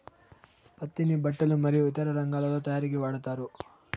పత్తిని బట్టలు మరియు ఇతర రంగాలలో తయారీకి వాడతారు